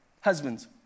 Husbands